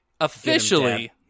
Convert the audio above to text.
officially